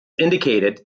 indicated